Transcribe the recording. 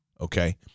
Okay